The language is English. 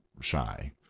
shy